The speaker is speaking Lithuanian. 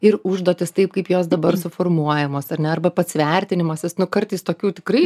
ir užduotys taip kaip jos dabar suformuojamos ar ne arba pats vertinimas jis nu kartais tokių tikrai